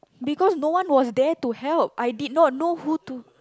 because no one was there to help I did not know who to